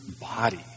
body